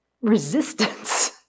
resistance